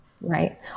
Right